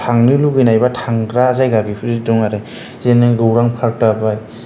थांनो लुबैनाय बा थांग्रा जायगा बेफोरबायदि दं आरो जेरै नों गौरां पार्क जाबाय